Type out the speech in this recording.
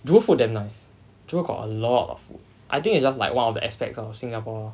Jewel food damn nice Jewel got a lot of food I think it's just like one of the aspects of singapore